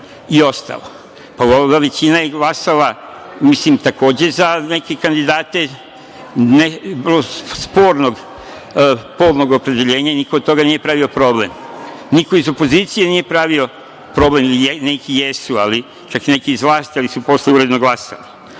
i ostalo. Ova većina je glasala takođe za neke kandidate vrlo spornog polnog opredeljenja i niko od toga nije pravio problem, niko iz opozicije nije pravio problem. Neki jesu, čak neki iz vlasti, ali su posle uredno glasali. Hoću